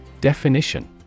definition